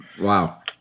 Wow